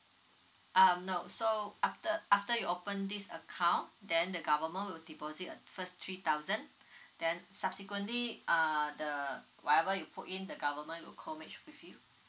um no so after after you open this account then the government will deposit first three thousand then subsequently uh the whatever you put in the government will co match with you